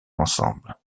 ensemble